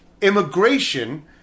immigration